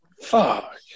fuck